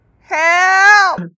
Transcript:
Help